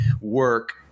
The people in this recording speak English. work